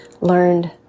learned